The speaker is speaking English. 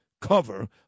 cover